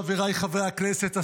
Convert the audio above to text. חבריי חברי הכנסת,